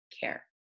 care